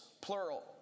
plural